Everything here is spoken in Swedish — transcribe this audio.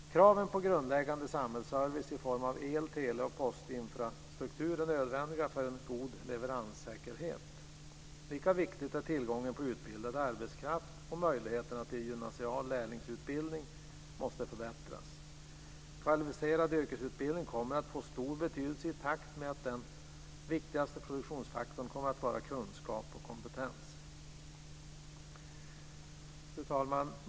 Kraven på grundläggande samhällsservice i form av el-, tele och postinfrastruktur är nödvändiga för en god leveranssäkerhet. Lika viktigt är det med tillgång på utbildad arbetskraft och möjligheter till en förbättrad gymnasial lärlingsutbildning. Den kvalificerade yrkesutbildningen kommer att få stor betydelse i takt med att den viktigaste produktionsfaktorn kommer att vara kunskap och kompetens. Fru talman!